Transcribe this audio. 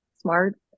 smart